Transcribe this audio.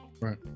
Right